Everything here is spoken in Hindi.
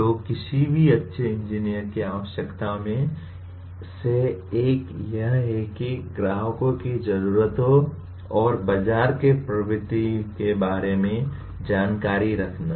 तो किसी भी अच्छे इंजीनियर की आवश्यकताओं में से एक यह है कि ग्राहकों की जरूरतों और बाजार के प्रवृत्ति के बारे में जानकारी रखना